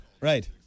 right